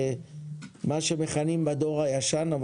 מה שמכנים בדור הישן,